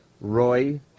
Roy